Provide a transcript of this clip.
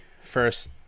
first